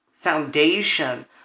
foundation